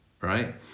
right